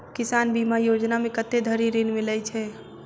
किसान बीमा योजना मे कत्ते धरि ऋण मिलय छै?